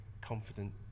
confident